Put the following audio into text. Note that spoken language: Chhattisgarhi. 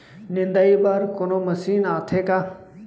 निंदाई बर कोनो मशीन आथे का?